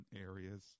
areas